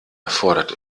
erfordert